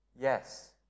Yes